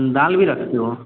दाल भी रखते हो